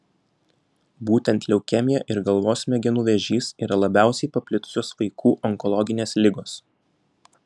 būtent leukemija ir galvos smegenų vėžys yra labiausiai paplitusios vaikų onkologinės ligos